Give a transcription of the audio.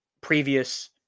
previous